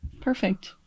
Perfect